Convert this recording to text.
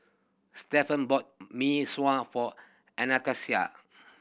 Stephan bought Mee Sua for Anastacia